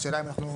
השאלה אם אנחנו,